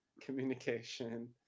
communication